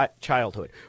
childhood